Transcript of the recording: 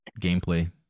gameplay